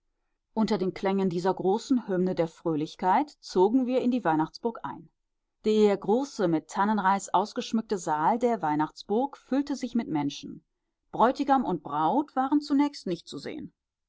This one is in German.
unter den klängen dieser großen hymne der fröhlichkeit zogen wir in die weihnachtsburg ein der große mit tannenreis ausgeschmückte saal der weihnachtsburg füllte sich mit menschen bräutigam und braut waren zunächst nicht zu sehen